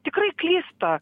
tikrai klysta